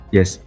Yes